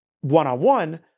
one-on-one